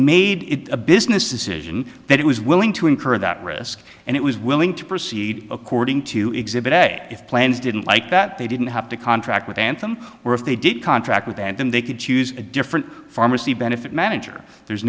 made it a business decision that it was willing to incur that risk and it was willing to proceed according to exhibit a if plans didn't like that they didn't have to contract with anthem or if they did contract with and then they could choose a different pharmacy benefit manager there's